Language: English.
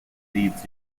leeds